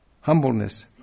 Humbleness